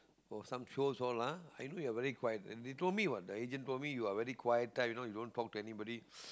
oh some shows all lah I know you're very quiet and they told me what the agent told me you're very quiet type you know you don't talk to anybody